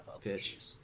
pitch